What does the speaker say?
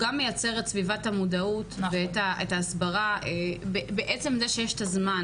גם מעצב את סביבת המודעות, בעצם זה שיש את הזמן